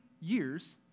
years